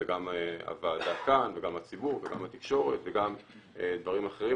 זה גם הוועדה כאן וגם הציבור וגם התקשורת וגם דברים אחרים,